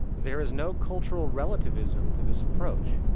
there is no cultural relativism to this approach.